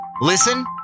listen